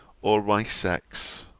or my sex.